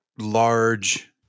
large